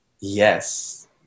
yes